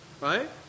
Right